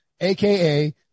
AKA